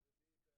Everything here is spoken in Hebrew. אז תעשו